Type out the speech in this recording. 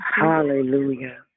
Hallelujah